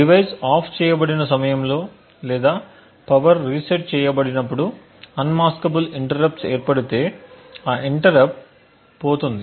device off చేయబడిన సమయంలో లేదా పవర్ రీసెట్ చేయబడినప్పుడు అన్మాస్కబుల్ ఇంటరప్ట్స్ ఏర్పడితే ఆ ఇంటరప్ట్స్ పోతుంది